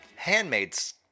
Handmaids